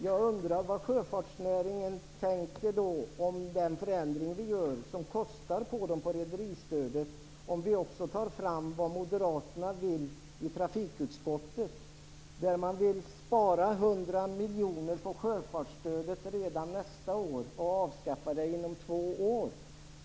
Jag undrar vad sjöfartsnäringen tänker om denna förändring som får effekter på rederistödet, om vi också genomför det som moderaterna i trafikutskottet föreslår. De vill spara 100 miljoner på sjöfartsstödet redan nästan år och avskaffa det inom två år.